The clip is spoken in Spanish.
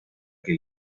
que